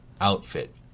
outfit